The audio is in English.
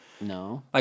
No